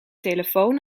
telefoon